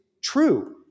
true